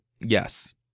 Yes